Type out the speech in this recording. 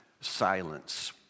Silence